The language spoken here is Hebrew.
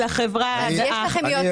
החרדית, לחברה הערבית?